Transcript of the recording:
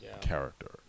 character